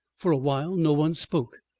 for awhile no one spoke,